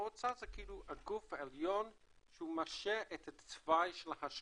המועצה זה כאילו הגוף העליון שמאשר את התוואי של ההשקעות,